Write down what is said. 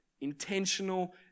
Intentional